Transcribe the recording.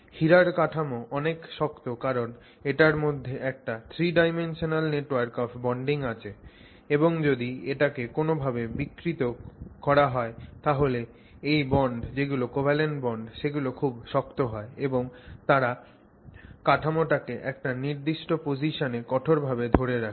হীরার কাঠামোটা অনেক শক্ত কারণ এটার মধ্যে একটা three dimensional network of bonding আছে এবং যদি এটাকে কোন ভাবে বিকৃত করা হয় তাহলে এই বন্ড যেগুলো কোভ্যালেন্ট বন্ড সেগুলো খুব শক্ত হয় এবং তারা কাঠামোটাকে একটা নির্দিষ্ট পজিসানে কঠোরভাবে ধরে রাখে